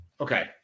Okay